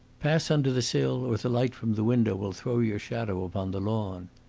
pass under the sill, or the light from the window will throw your shadow upon the lawn.